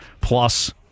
plus